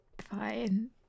Fine